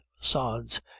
sods